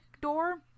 door